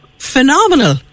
phenomenal